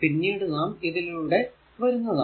പിന്നീട് നാം ഇതിലൂടെ വരുന്നതാണ്